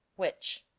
which.